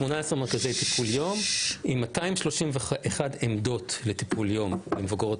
מרכזי טיפול יום עם 231 עמדות לטיפול יום במבוגרים,